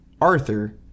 Arthur